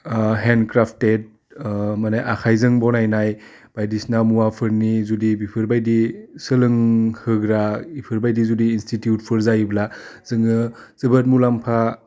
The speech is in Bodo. हेन्द क्राफ्टेट माने आखाइजों बनायनाय बायदिसिना मुवाफोरनि जुदि बिफोरबायदि सोलोंहोग्रा इफोरबायदि जुदि इनस्टिटिउफोर जायोब्ला जोङो जोबोद मुलाम्फा